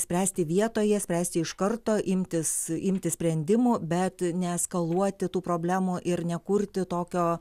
spręsti vietoje spręsti iš karto imtis imtis sprendimų bet neeskaluoti tų problemų ir nekurti tokio